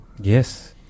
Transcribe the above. Yes